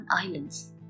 Islands